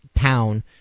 town